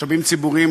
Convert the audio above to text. משאבים ציבוריים,